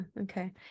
Okay